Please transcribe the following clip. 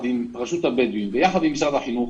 משרד התקשורת יחד עם רשות הבדואים ויחד עם משרד החינוך